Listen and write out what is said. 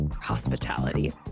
Hospitality